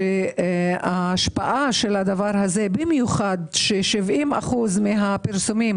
שההשפעה של הדבר הזה, במיוחד ש-70% מהפרסומים